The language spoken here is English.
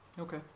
Okay